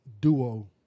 duo